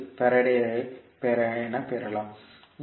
1 ஃபாரடாகவும் பெறலாம்